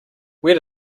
where